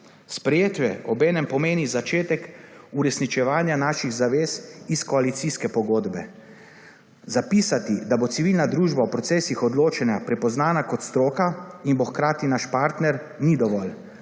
Sprejetje obenem pomeni začetek uresničevanja naših zavez iz koalicijske pogodbe. Zapisati, da bo civilna družba v procesih odločanja prepoznana kot stroka in bo hkrati naš partner, ni dovolj.